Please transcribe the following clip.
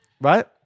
right